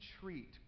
treat